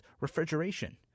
refrigeration